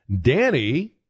Danny